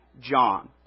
John